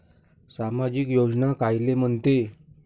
सामाजिक योजना कायले म्हंते?